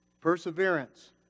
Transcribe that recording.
perseverance